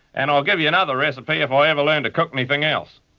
and i'll give you another recipe if i ever learn to cook anything else.